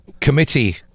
committee